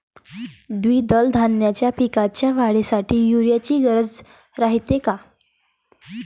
द्विदल धान्याच्या पिकाच्या वाढीसाठी यूरिया ची गरज रायते का?